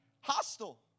Hostile